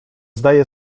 zdaje